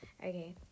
Okay